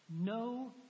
no